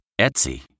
Etsy